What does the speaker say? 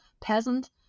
peasant